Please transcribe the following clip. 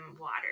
water